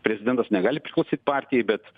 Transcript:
prezidentas negali priklausyt partijai bet